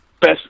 Best